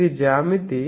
ఇది జ్యామితి